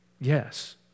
Yes